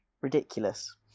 ridiculous